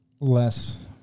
less